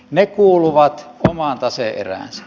ne kuuluvat omaan tase eräänsä